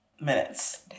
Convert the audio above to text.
minutes